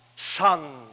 Son